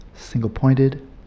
single-pointed